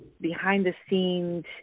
behind-the-scenes